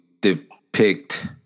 depict